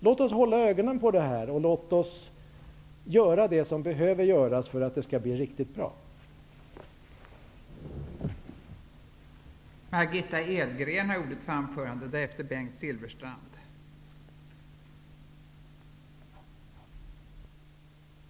Låt oss ändå hålla ögonen på det här ärendet och göra vad som behöver göras för att det skall bli en riktigt bra lösning.